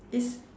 it's